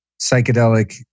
psychedelic